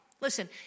listen